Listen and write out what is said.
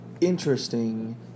interesting